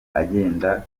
agenda